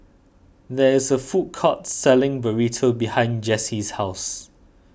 there is a food court selling Burrito behind Jessee's house